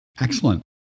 Excellent